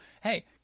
hey